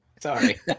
Sorry